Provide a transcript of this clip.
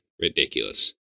ridiculous